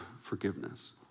forgiveness